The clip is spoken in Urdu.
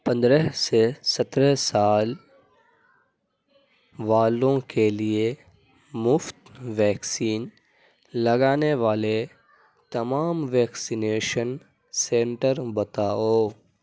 پندرہ سے سترہ سال والوں کے لیے مفت ویکسین لگانے والے تمام ویکسینیشن سنٹر بتاؤ